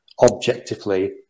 objectively